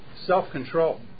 self-control